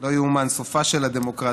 לא ייאמן, סופה של הדמוקרטיה.